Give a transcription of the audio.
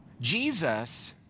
Jesus